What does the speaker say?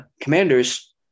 Commanders